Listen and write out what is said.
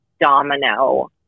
domino